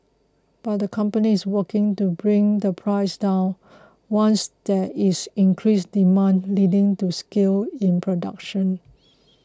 but the company is working to bring the price down once there is increased demand leading to scale in production